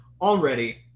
already